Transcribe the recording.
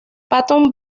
phantom